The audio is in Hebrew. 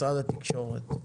משרד התקשורת.